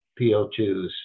PO2s